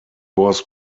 was